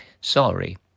Sorry